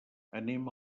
anem